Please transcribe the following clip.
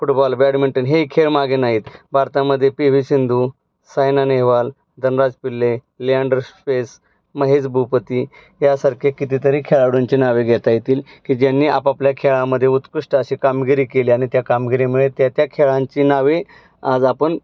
football badminton हे खेळ मागे नाहीत भारतामदे पी वी सिंधू सायना नेहवाल धनराज पिल्ले लिएंडर स्पेस महेस भूपती यासारखे कितीतरी खेळाडूंची नावे घेता येतील की ज्यांनी आपापल्या खेळामध्ये उत्कृष्ट अशी कामगिरी केली आणि त्या कामगिरीमुळे त्या त्या खेळांची नावे आज आपण